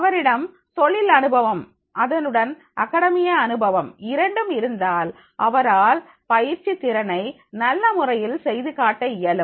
அவரிடம் தொழில் அனுபவம் அதனுடன் அகடமிய அனுபவம் இரண்டும் இருந்தால் அவரால் பயிற்சி திறனை நல்ல முறையில் செய்து காட்ட இயலும்